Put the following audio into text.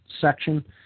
section